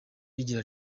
rigira